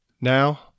Now